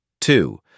two